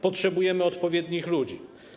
Potrzebujemy odpowiednich ludzi.